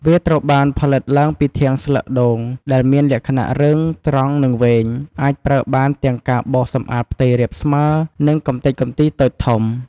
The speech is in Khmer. វាត្រូវបានផលិតឡើងពីធាងស្លឹកដូង ដែលមានលក្ខណៈរឹង ត្រង់ និងវែង អាចប្រើប្រាស់បានទាំងការបោសសម្អាតផ្ទៃរាបស្មើ និងកម្ទេចកំទីតូចធំ។